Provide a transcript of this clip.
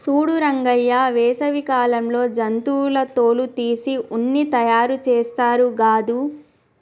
సూడు రంగయ్య వేసవి కాలంలో జంతువుల తోలు తీసి ఉన్ని తయారుచేస్తారు గాదు